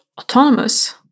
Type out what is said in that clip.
autonomous